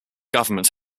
government